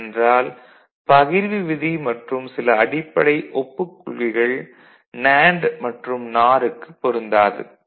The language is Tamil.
ஏனென்றால் பகிர்வு விதி மற்றும் சில அடிப்படை ஒப்புக் கொள்கைகள் நேண்டு மற்றும் நார் க்குப் பொருந்தாது